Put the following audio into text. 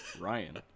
Ryan